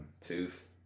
tooth